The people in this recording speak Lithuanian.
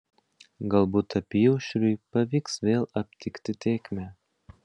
galbūt apyaušriui pavyks vėl aptikti tėkmę